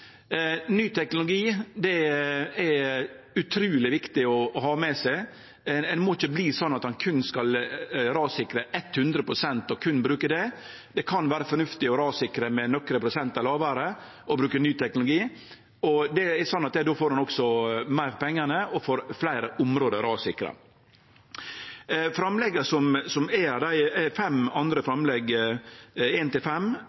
Ny teknologi er utruleg viktig å ha med seg. Ein må ikkje verte sånn at ein berre skal rassikre 100 pst., det kan vere fornuftig å rassikre med nokre prosent lågare og bruke ny teknologi. Då får ein også meir for pengane og får fleire område rassikra. Framlegga som er her, framlegg nr. 1–5, viser litt ulike andre løysingar. Eg viser til